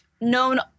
known